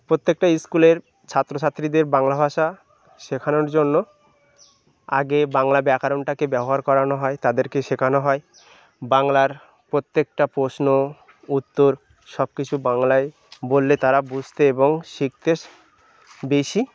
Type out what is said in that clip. প্রত্যেকটা স্কুলের ছাত্রছাত্রীদের বাংলা ভাষা শেখানোর জন্য আগে বাংলা ব্যাকরণটাকে ব্যবহার করানো হয় তাদেরকে শেখানো হয় বাংলার প্রত্যেকটা প্রশ্ন উত্তর সব কিছু বাংলায় বললে তারা বুঝতে এবং শিখতে বেশি